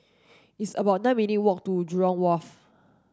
it's about nine minutes' walk to Jurong Wharf